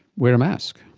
wear a mask.